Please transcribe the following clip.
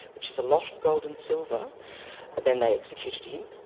which is a lot of gold and silver. and then they executed him.